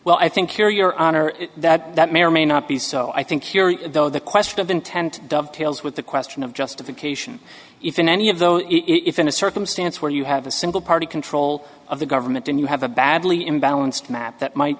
well i think your your honor that that may or may not be so i think here though the question of intent dovetails with the question of justification if in any of those if in a circumstance where you have a single party control of the government and you have a badly imbalanced map that might